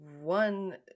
one